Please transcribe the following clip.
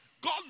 God